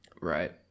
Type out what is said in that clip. Right